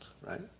right